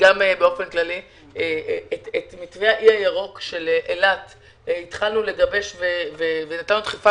וגם באופן כללי - מתווה האי הירוק של אילת - התחלנו לגבש ונתנו דחיפה